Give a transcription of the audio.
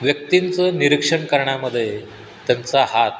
व्यक्तींचं निरीक्षण करण्यामध्ये त्यांचा हात